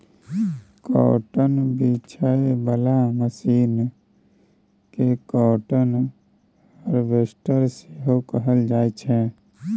cotton बीछय बला मशीन केँ काँटन हार्वेस्टर सेहो कहल जाइ छै